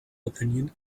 opinion